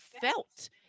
felt